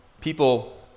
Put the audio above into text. people